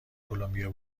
کلمبیا